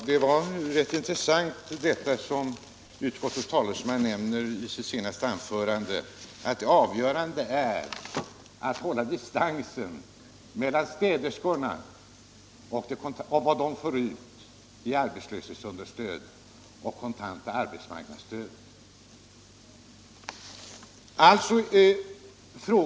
Herr talman! Det var intressant att utskottets talesman i sitt senaste anförande sade att det avgörande är att man kan hålla distans mellan vad städerskorna får ut i arbetslöshetsunderstöd och det kontanta arbetsmarknadsstödet.